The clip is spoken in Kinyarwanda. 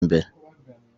imbere